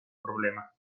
problema